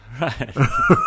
Right